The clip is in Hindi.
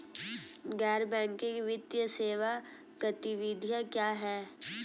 गैर बैंकिंग वित्तीय सेवा गतिविधियाँ क्या हैं?